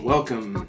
Welcome